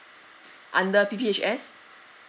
under P_P_H_S